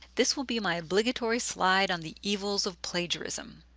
this will be my obligatory slide on the evils of plagiarism.